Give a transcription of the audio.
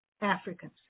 Africans